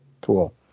Cool